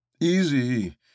easy